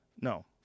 No